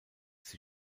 sie